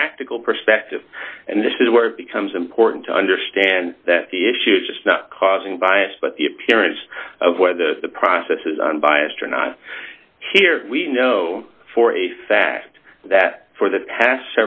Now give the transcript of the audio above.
practical perspective and this is where it becomes important to understand that the issue just not causing bias but the appearance of where the process is unbiased or not here we know for a fact that for the past